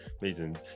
Amazing